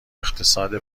اقتصاد